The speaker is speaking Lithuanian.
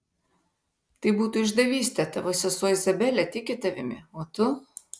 tai būtų išdavystė tavo sesuo izabelė tiki tavimi o tu